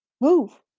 move